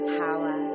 power